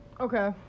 okay